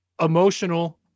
Emotional